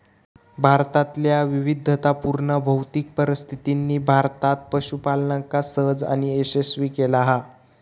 भारतातल्या विविधतापुर्ण भौतिक परिस्थितीनी भारतात पशूपालनका सहज आणि यशस्वी केला हा